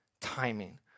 timing